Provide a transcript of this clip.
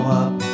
up